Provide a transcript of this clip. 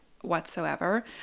whatsoever